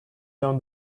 down